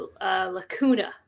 lacuna